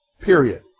Period